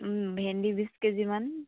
ভেন্দি বিশ কেজিমান